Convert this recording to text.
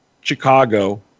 Chicago